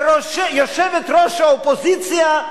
הממשלה, ויושבת-ראש האופוזיציה,